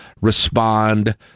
respond